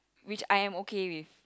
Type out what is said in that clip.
which I am okay with